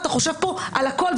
אתה חושב פה על הכול,